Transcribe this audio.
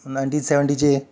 nineteen सेवन्टीचे